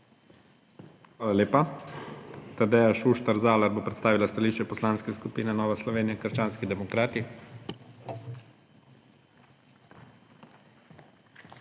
Hvala lepa. Tadeja Šuštar Zalar bo predstavila stališče Poslanske skupine Nova Slovenija – krščanski demokrati.